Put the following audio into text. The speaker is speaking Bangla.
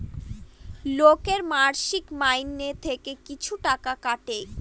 লোকের মাসিক মাইনে থেকে কিছু টাকা কাটে